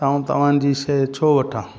ऐं तव्हांजी से छो वठा